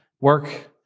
work